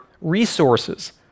resources